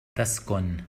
تسكن